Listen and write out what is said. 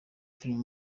filime